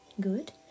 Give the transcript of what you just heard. good